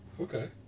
Okay